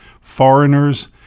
foreigners